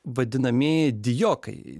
vadinamieji dijokai